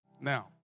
Now